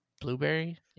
blueberry